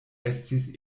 estis